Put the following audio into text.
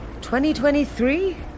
2023